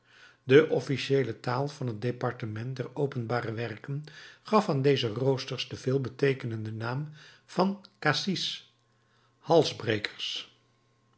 de officiëele taal van het departement der openbare werken gaf aan deze roosters den veelbeteekenenden naam van cassis